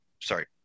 sorry